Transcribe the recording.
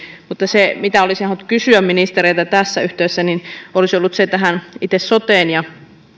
mutta se mitä olisin halunnut kysyä ministereiltä tässä yhteydessä olisi ollut itse sotesta